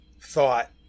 thought